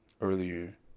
Earlier